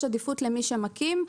יש עדיפות למי שמקים.